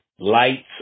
lights